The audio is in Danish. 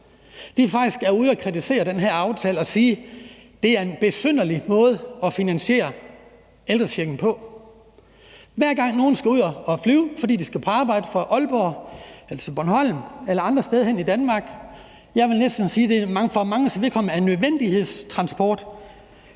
Danmark faktisk er ude at kritisere den her aftale og sige, at det er en besynderlig måde at finansiere ældrechecken på. Hver gang nogen skal ud at flyve, fordi de skal på arbejde – fra Aalborg eller til Bornholm eller andre steder hen i Danmark – og vil jeg næsten sige, at det for manges vedkommende er nødvendighedstransport,